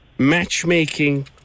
matchmaking